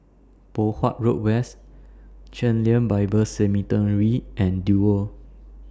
Poh Huat Road West Chen Lien Bible Seminary and Duo